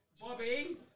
Bobby